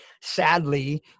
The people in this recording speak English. sadly